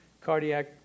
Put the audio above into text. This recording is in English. cardiac